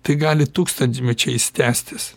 tai gali tūkstantmečiais tęstis